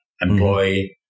employee